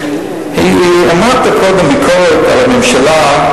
אמרת קודם ביקורת על הממשלה,